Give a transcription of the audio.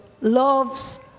loves